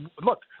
look